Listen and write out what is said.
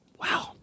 Wow